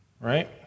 Right